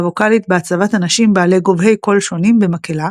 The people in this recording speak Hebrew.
הווקלית בהצבת אנשים בעלי גובהי קול שונים במקהלה